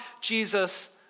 Jesus